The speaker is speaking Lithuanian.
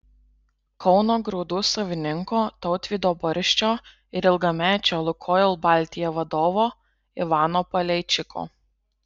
kauno grūdų savininko tautvydo barščio ir ilgamečio lukoil baltija vadovo ivano paleičiko